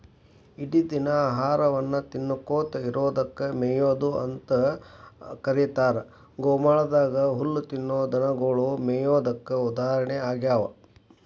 ಇಡಿದಿನ ಆಹಾರವನ್ನ ತಿನ್ನಕೋತ ಇರೋದಕ್ಕ ಮೇಯೊದು ಅಂತ ಕರೇತಾರ, ಗೋಮಾಳದಾಗ ಹುಲ್ಲ ತಿನ್ನೋ ದನಗೊಳು ಮೇಯೋದಕ್ಕ ಉದಾಹರಣೆ ಆಗ್ತಾವ